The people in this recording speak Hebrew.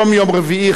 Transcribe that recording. היום יום רביעי,